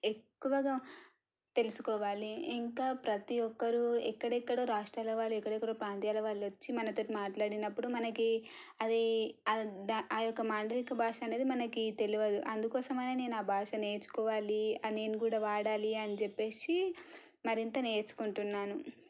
ఎక్కువగా తెలుసుకోవాలి ఇంకా ప్రతీ ఒక్కరూ ఎక్కడెక్కడ రాష్ట్రాల వాళ్ళు ఎక్కడెక్కడ ప్రాంతాల వాళ్ళు వచ్చి మనతోని మాట్లాడినప్పుడు మనకి అది ఆ యొక్క మాండలిక భాష అనేది మనకి తెలియదు అందుకోసం అనే నేను ఆ భాష నేర్చుకోవాలి అని నేను కూడా వాడాలి అని చెప్పేసి మరింత నేర్చుకుంటున్నాను